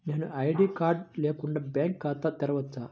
నేను ID card లేకుండా bank ఖాతా తెరవచ్చా?